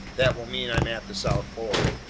that will mean i'm at the south pole.